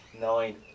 nine